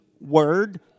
Word